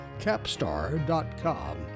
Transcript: capstar.com